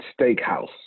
steakhouse